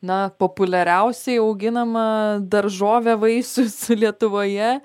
na populiariausiai auginama daržovė vaisius lietuvoje